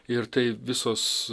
ir tai visos